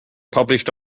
published